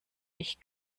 ich